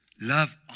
Love